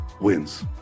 wins